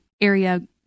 area